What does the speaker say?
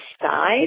side